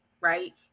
right